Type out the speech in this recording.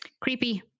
Creepy